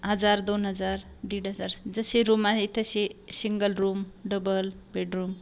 हजार दोन अजार दीड अजार जशे रूम आहे तशे शिंगल रूम डबल बेडरूम